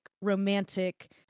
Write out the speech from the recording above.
romantic